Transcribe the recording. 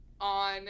on